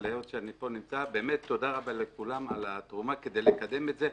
אבל תודה רבה לכולם על התרומה כדי לקדם את זה.